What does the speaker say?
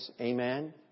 Amen